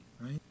right